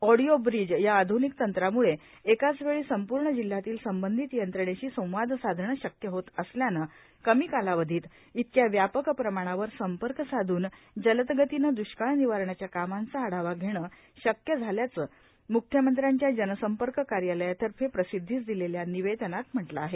audio bridge या आधुनिक तंत्रामुळे एकाचवेळी संपूर्ण जिल्ह्यातील संबंधित यंत्रणेशी संवाद साधणे शक्य होत असल्याने कमी कालावधीत इतक्या व्यापक प्रमाणावर संपर्क साधून जलदगतीने दृष्काळ निवारणाच्या कामांचा आढावा घेणे शक्य झाल्याचं मुख्यमंत्र्यांच्या जनसंपर्क कार्यालयातर्फे प्रसिद्विस दिलेल्या निवेदनात म्हटलं आहे